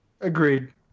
agreed